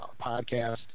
podcast